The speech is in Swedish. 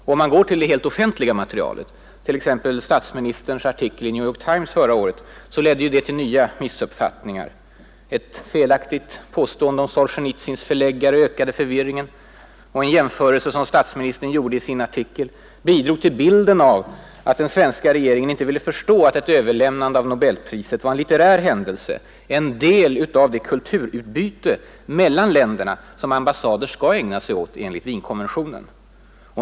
Om man går till det helt offentliga materialet, finner man att t.ex. statsministerns artikel i New York Times förra året ledde till nya missuppfattningar. Ett felaktigt påstående från herr Palme om Solzjenitsyns förläggare ökade förvirringen. Den jämförelse som statsministern gjorde i sin artikel bidrog till bilden att den svenska regeringen inte ville förstå att ett överlämnande av nobelpriset var en litterär händelse, en del av det kulturutbyte mellan länderna som ambassader skall ägna sig åt enligt Wienkonventionen.